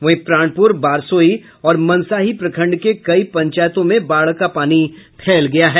वहीं प्राणपुर बारसोई और मनसाही प्रखंड के कई पंचायतों में बाढ़ का पानी फैल गया है